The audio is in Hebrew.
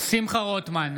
שמחה רוטמן,